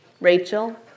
Rachel